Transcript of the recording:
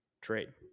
trade